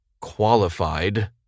qualified